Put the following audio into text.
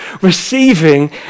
receiving